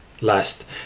Last